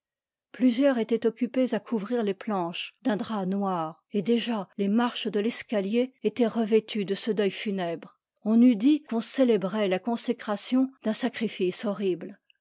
plusieurs étaient oc cupés à couvrir les planches d'un drap noir et déjà les marches de l'escalier étaient revêtues de ce deuil funèbre on eût dit qu'on célébrait la consécration d'un sacrifice horrible